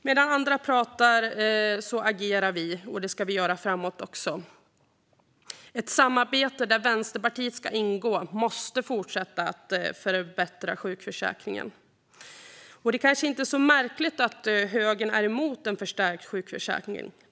Medan andra pratar agerar vi, och det ska vi göra framåt också. Ett samarbete där Vänsterpartiet ska ingå måste fortsätta att förbättra sjukförsäkringen. Det är kanske inte så märkligt att högern är emot en förstärkt sjukförsäkring.